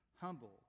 humble